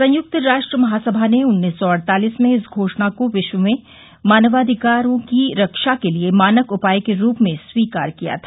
संयुक्त राष्ट्र महासभा ने उन्नीस सौ अड़तालीस में इस घोषणा को विश्व में मानवाधिकारों की रक्षा के लिए मानक उपाय के रूप में स्वीकार किया था